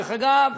דרך אגב,